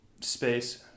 Space